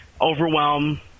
Overwhelm